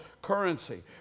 currency